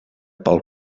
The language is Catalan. pel